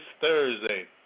Thursday